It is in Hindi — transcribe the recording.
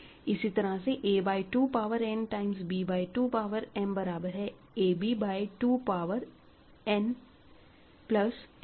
इसी तरह से a by 2 power n times b by 2 power m बराबर है ab by 2 power n plus m के